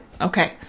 okay